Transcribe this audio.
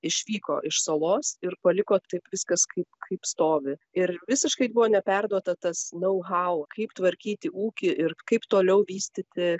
išvyko iš salos ir paliko taip viskas kaip kaip stovi ir visiškai buvo neperduota tas nau hau kaip tvarkyti ūkį ir kaip toliau vystyti